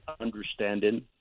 understanding